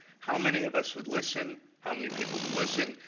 how many of us would listen? how many people would listen,